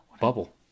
bubble